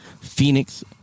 Phoenix